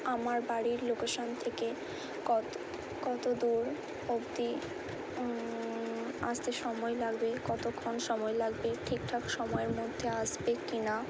আমার বাড়ির লোকেশন থেকে কত কতদূর অব্দি আসতে সময় লাগবে কতক্ষণ সময় লাগবে ঠিক ঠাক সময়ের মধ্যে আসবে কি না